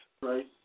Right